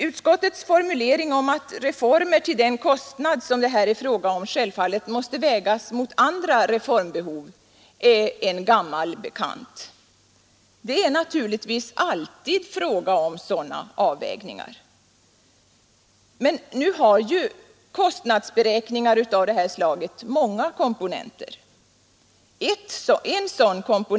Utskottets formulering att reformer till den kostnad som det här är fråga om självfallet måste vägas mot andra reformbehov är en gammal bekant. Det är naturligtvis alltid fråga om sådana avvägningar. Nu har ju kostnadsberäkningar av detta slag många komponenter.